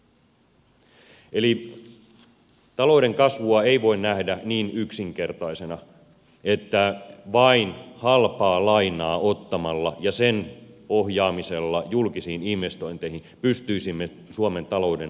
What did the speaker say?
eli talouden kasvua ei voi nähdä niin yksinkertaisena että vain halpaa lainaa ottamalla ja sen ohjaamisella julkisiin investointeihin pystyisimme suomen talouden suunnan kääntämään